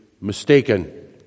mistaken